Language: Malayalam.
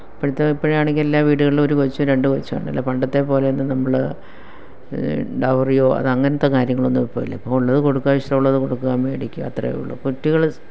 ഇപ്പോഴത്തെ ഇപ്പോഴാണെങ്കില് എല്ലാ വീടുകളിലും ഒരു കൊച്ചോ രണ്ട് കൊച്ചോ ഉണ്ട് അല്ല പണ്ടത്തെപ്പോലെ നമ്മൾ ടൗറിയോ അതങ്ങനത്തെ കാര്യങ്ങളൊന്നും ഇപ്പവില്ല ഉള്ളത് കൊടുക്കാൻ ഇഷ്ടമുള്ളത് കൊടുക്കുക മേടിക്കുക അത്രേയുള്ളൂ കുട്ടികൾ സ്